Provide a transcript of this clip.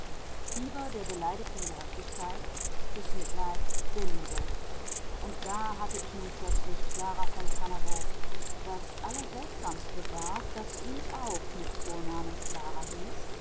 fieber der beleidigten gerechtigkeit des mitleids der liebe und da hatte ich nun plötzlich clara von kannawurf das allerseltsamste war daß sie auch mit vornamen clara hieß